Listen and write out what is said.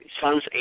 Sons